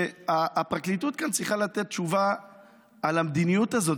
שהפרקליטות כאן צריכה לתת תשובה על המדיניות הזאת.